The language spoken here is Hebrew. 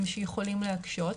הם שיכולים להקשות.